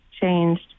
changed